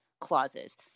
clauses